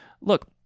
look—